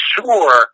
sure